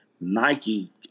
Nike